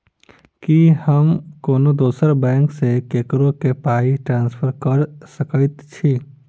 की हम कोनो दोसर बैंक सँ ककरो केँ पाई ट्रांसफर कर सकइत छि?